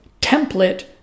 template